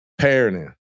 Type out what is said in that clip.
parenting